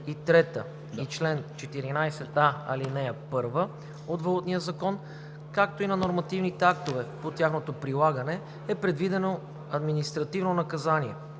и 3 и чл. 14а, ал. 1 от Валутния закон, както и на нормативните актове по тяхното прилагане е предвидено административно наказание